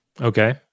Okay